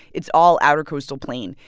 it's all outer coastal plain.